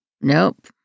Nope